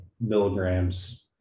milligrams